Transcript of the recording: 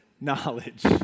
knowledge